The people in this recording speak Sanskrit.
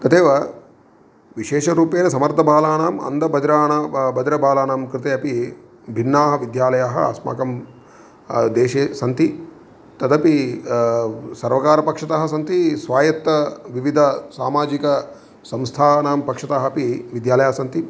तदेव विशेषरूपेण समर्थबालाणां अन्धबधिराणां ब बधिरबालाणां कृते अपि भिन्नाः विद्यालयाः अस्माकं देशे सन्ति तदपि सर्वकारपक्षतः सन्ति स्वायत्तविविधसामाजिक संस्थानां पक्षतः अपि विद्यालयाः सन्ति